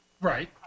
Right